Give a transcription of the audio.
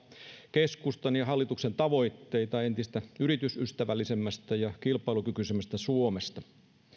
keskustan ja hallituksen tavoitteita entistä yritysystävällisemmästä ja kilpailukykyisemmästä suomesta